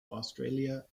australia